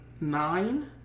nine